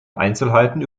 einzelheiten